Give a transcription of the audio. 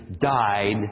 died